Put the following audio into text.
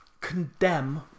condemn